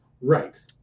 right